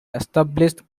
established